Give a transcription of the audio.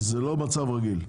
זה לא מצב רגיל.